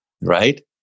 right